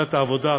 ועדת העבודה,